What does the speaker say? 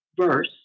verse